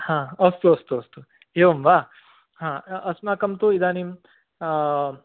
हा अस्तु अस्तु अस्तु एवं वा अस्माकं तु इदानीं